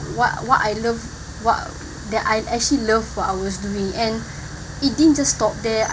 what what I love what that I actually love what I was doing and it din just stop there